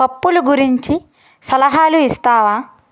పప్పులు గురించి సలహాలు ఇస్తావా